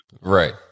Right